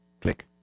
Click